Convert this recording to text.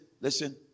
listen